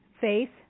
Faith